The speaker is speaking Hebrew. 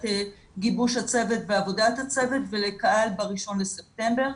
גיבוש הצוות ועבודת הצוות ולקהל ב-1 בספטמבר.